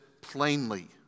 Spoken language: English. plainly